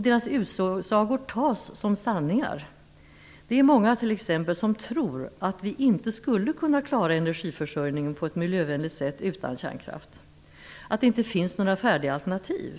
Dess utsagor tas som sanningar. Det är t.ex. många som tror att vi inte skulle kunna klara energiförsörjningen på ett miljövänligt sätt utan kärnkraften, att det inte finns några färdiga alternativ.